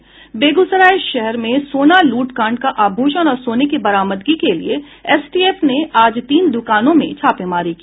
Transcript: बेगूसराय शहर में सोना लूट कांड का आभूषण और सोने की बरामदगी के लिए एसटीएफ ने आज तीन द्रकानों में छापेमारी की